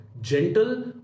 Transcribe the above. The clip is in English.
gentle